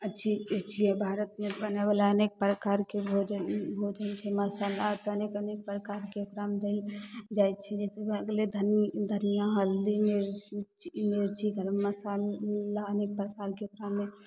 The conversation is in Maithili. अछि भारतमे बनैवला अनेक प्रकारके भोजन भोजन छै मसल्ला अनेक अनेक प्रकारके ओकरामे देल जाइ छै जइसे भै गेलै धन्नी धनिया हल्दी मिरची मिरचीके मसाला अनेक प्रकारके ओकरामे